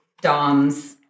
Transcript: Dom's